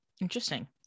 Interesting